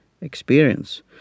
experience